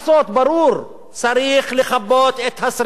ברור: צריך לכבות את השרפה,